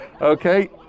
Okay